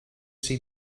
see